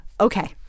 okay